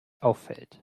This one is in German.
auffällt